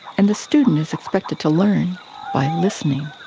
and the student is expected to learn by listening.